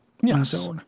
Yes